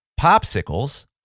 popsicles